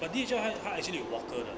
but D_H_L ha~ 它 actually 有 walker 的